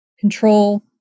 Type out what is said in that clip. control